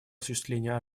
осуществления